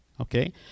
Okay